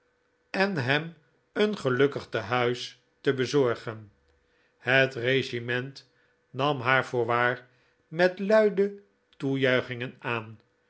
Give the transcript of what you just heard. en hem een gelukkig tehuis te bezorgen het regiment nam haar voorwaar met luide toejuichingen aan